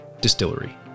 Distillery